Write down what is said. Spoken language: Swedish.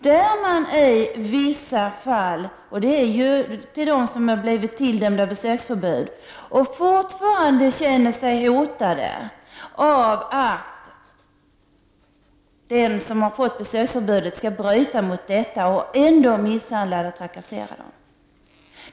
Där har man i vissa fall gjort detta för att ge dem som fortfarande känner sig hotade av att de som har dömts till besöksförbud skall bryta mot detta och misshandla och trakassera dem.